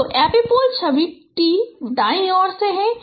तो एपिपोल छवि t दाईं ओर है